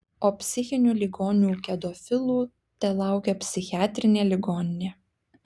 o psichinių ligonių kedofilų telaukia psichiatrinė ligoninė